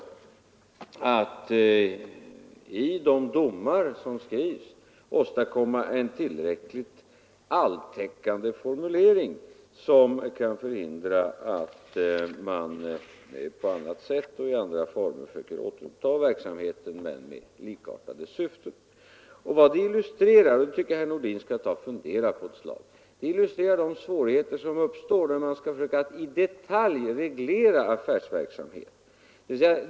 Problemet är att i de domar som skrivs åstadkomma en tillräckligt alltäckande formulering som kan förhindra att man återupptar verksamheten på annat sätt och i andra former men med likartade syften. Vad detta illustrerar tycker jag att herr Nordin skall fundera på ett slag. Det illustrerar nämligen de svårigheter som uppstår när man skall försöka att i detalj reglera affärsverksamhet.